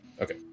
Okay